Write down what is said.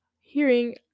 hearing